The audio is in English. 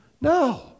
No